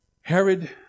Herod